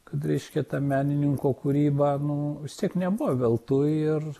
kad reiškia ta menininko kūryba nu vis tiek nebuvo veltui ir